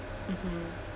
mmhmm